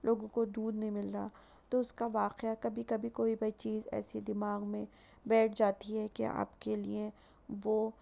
لوگوں کو دودھ نہیں مل رہا تو اس کا واقعہ کبھی کبھی کوئی بھی چیز ایسی دماغ میں بیٹھ جاتی ہے کہ آپ کے لئے وہ